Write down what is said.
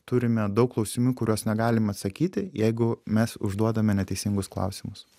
turime daug klausimų į kuriuos negalim atsakyti jeigu mes užduodame neteisingus klausimus